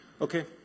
Okay